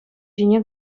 ҫине